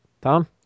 Tom